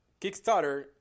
Kickstarter